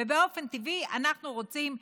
ובאופן טבעי אנחנו רוצים בחירות,